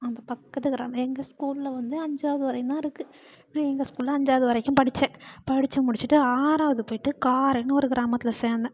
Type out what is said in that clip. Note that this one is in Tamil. அந்த பக்கத்து கிராமம் எங்கள் ஸ்கூலில் வந்து அஞ்சாவது வரையும் தான் இருக்குது நான் எங்கள் ஸ்கூலில் அஞ்சாவது வரைக்கும் படித்தேன் படித்து முடித்திட்டு ஆறாவது போயிட்டு காரைனு ஒரு கிராமத்தில் சேர்ந்தேன்